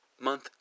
month